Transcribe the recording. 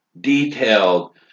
detailed